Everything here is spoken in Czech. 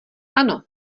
ano